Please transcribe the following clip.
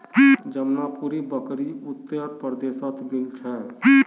जमानुपारी बकरी उत्तर प्रदेशत मिल छे